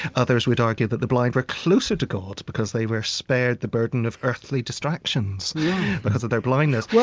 others would argue that the blind were closer to god because they were spared the burden of earthly distractions because of their blindness.